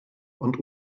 und